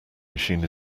machine